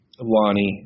Lonnie